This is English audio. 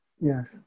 yes